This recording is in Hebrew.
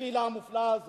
לקהילה המופלאה הזאת?